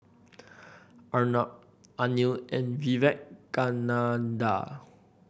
Arnab Anil and Vivekananda